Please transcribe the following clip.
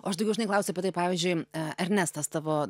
o aš daugiau žinai klausiu apie tai pavyzdžiui e ernestas tavo